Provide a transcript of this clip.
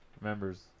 members